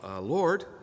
Lord